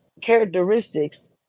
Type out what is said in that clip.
characteristics